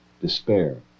despair